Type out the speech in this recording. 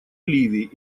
ливии